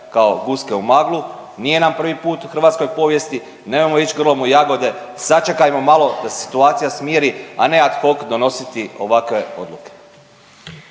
kao guske u maglu, nije nam prvi put u hrvatskoj povijesti, nemojmo ić grlom u jagode, sačekajmo malo da se situacija smiri, a ne ad hoc donositi ovakve odluke.